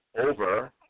over